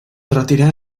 retirar